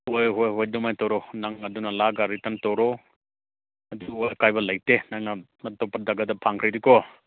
ꯍꯣꯏ ꯍꯣꯏ ꯍꯣꯏ ꯑꯗꯨꯃꯥꯏ ꯇꯧꯔꯣ ꯅꯪ ꯑꯗꯨꯅ ꯂꯥꯛꯑꯒ ꯔꯤꯇꯔꯟ ꯇꯧꯔꯣ ꯑꯗꯨ ꯑꯀꯥꯏꯕ ꯂꯩꯇꯦ ꯅꯪꯅ ꯑꯇꯣꯞꯄꯗ ꯐꯪꯈ꯭ꯔꯗꯤꯀꯣ